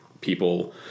people